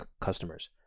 customers